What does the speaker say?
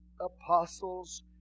apostles